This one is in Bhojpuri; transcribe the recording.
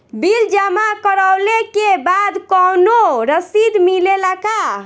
बिल जमा करवले के बाद कौनो रसिद मिले ला का?